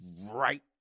right